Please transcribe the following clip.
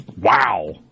wow